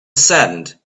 saddened